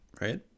right